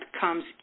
comes